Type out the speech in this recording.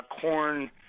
corn